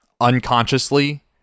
unconsciously